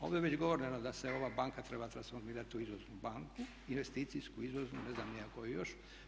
Ovo je već govore da se ova banka treba transformirati u izvoznu banku, investicijsku izvoznu, ne znam ni ja koju još.